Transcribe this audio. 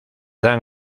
dan